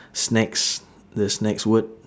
snacks the snacks word